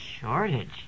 shortage